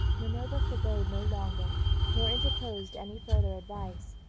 minerva forbore no longer nor interposed any further advice.